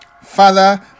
Father